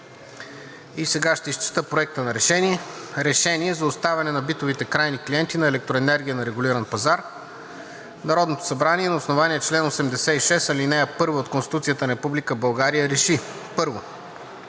И сега ще изчета: „Проект! РЕШЕНИЕ за оставане на битовите крайни клиенти на електроенергия на регулиран пазар Народното събрание на основание чл. 86, ал. 1 от Конституцията на Република България РЕШИ: 1.